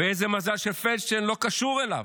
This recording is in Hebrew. ואיזה מזל שפלדשטיין לא קשור אליו.